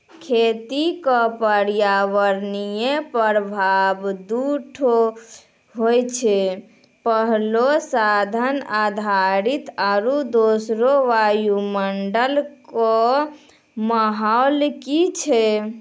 खेती क पर्यावरणीय प्रभाव दू ठो होय छै, पहलो साधन आधारित आरु दोसरो वायुमंडल कॅ माहौल की छै